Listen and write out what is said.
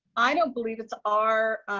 i don't believe it's our,